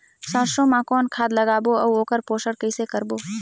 सरसो मा कौन खाद लगाबो अउ ओकर पोषण कइसे करबो?